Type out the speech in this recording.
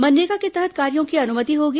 मनरेगा के तहत कार्यों की अनुमति होगी